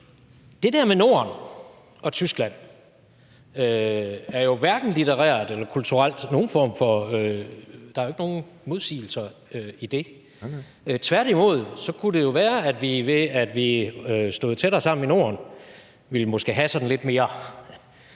Det der med Norden og Tyskland er der jo hverken litterært eller kulturelt nogen form for modsigelser i. Tværtimod kunne det jo være, at vi, ved at vi stod tættere sammen i Norden, måske ville have sådan lidt mere